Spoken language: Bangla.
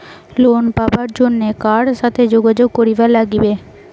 লোন পাবার জন্যে কার সাথে যোগাযোগ করিবার লাগবে?